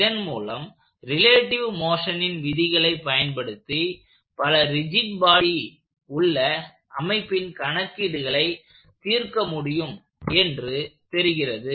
இதன் மூலம் ரிலேட்டிவ் மோஷனின் விதிகளை பயன்படுத்தி பல ரிஜிட் பாடி உள்ள அமைப்பின் கணக்கீடுகளை தீர்க்க முடியும் என்று தெரிகிறது